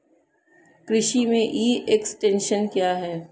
कृषि में e extension क्या है?